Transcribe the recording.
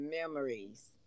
memories